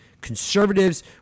conservatives